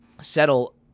Settle